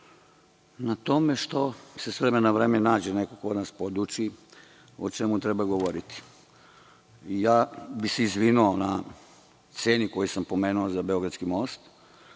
na tome što se s vremena na vreme nađe neko ko nas poduči o čemu treba govoriti, i ja bih se izvinio na ceni koju sam pomenuto za beogradski most.